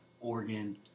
Oregon